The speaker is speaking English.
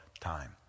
time